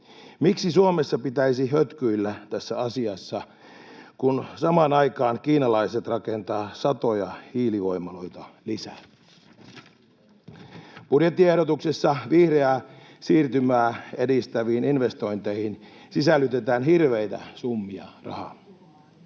Miksi Suomessa pitäisi hötkyillä tässä asiassa, kun samaan aikaan kiinalaiset rakentavat satoja hiilivoimaloita lisää? Budjettiehdotuksessa vihreää siirtymää edistäviin investointeihin sisällytetään hirveitä summia rahaa.